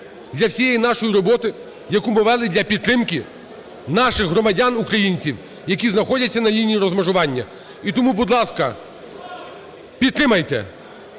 для всієї нашої роботи, яку ми вели для підтримки наших громадян-українців, які знаходяться на лінії розмежування. І тому, будь ласка, підтримайте.